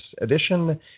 edition